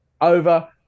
over